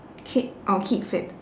keep oh keep fit